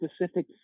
specific